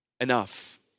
enough